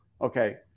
Okay